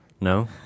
No